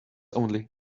only